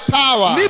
power